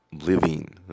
living